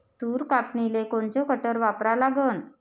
तूर कापनीले कोनचं कटर वापरा लागन?